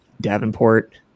Davenport